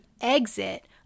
exit